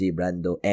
Brando